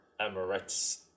Emirates